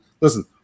listen